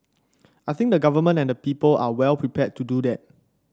I think the Government and the people are well prepared to do that